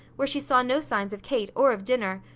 where she saw no signs of kate or of dinner,